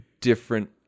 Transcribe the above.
different